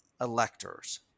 electors